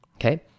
okay